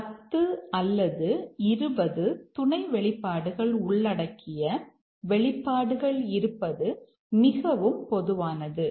10 அல்லது 20 துணை வெளிப்பாடுகள் உள்ளடக்கிய வெளிப்பாடுகள் இருப்பது மிகவும் பொதுவானது